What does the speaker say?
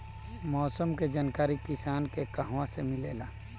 मौसम के जानकारी किसान के कहवा से मिलेला?